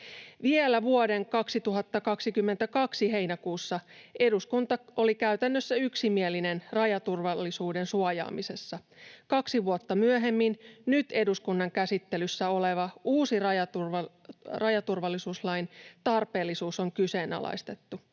Vielä vuoden 2022 heinäkuussa eduskunta oli käytännössä yksimielinen rajaturvallisuuden suojaamisessa. Kaksi vuotta myöhemmin nyt eduskunnan käsittelyssä olevan uuden rajaturvallisuuslain tarpeellisuus on kyseenalaistettu.